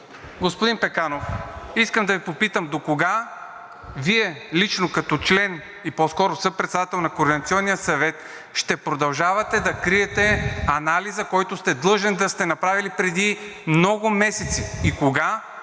господин Пеканов, искам да Ви попитам: докога Вие лично като член, и по-скоро съпредседател на Координационния съвет, ще продължавате да криете анализа, който сте длъжен да сте направили преди много месеци, и кога